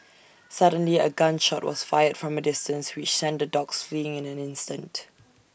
suddenly A gun shot was fired from A distance which sent the dogs fleeing in an instant